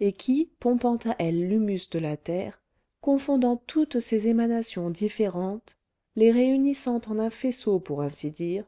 et qui pompant à elle l'humus de la terre confondant toutes ces émanations différentes les réunissant en un faisceau pour ainsi dire